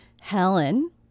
Helen